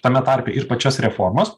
tame tarpe ir pačios reformos